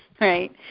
right